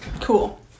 Cool